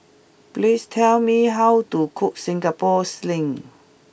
please tell me how to cook Singapore Sling